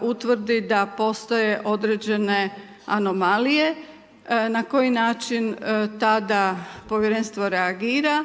utvrdi da postoje određene anomalije, na koji način tada povjerenstvo reagira,